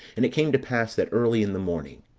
and it came to pass that early in the morning,